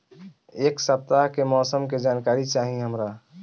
एक सपताह के मौसम के जनाकरी चाही हमरा